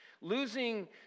Losing